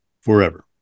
forever